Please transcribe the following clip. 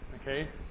Okay